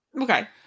Okay